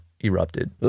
erupted